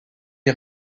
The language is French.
est